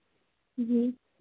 جی